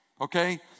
okay